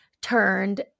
turned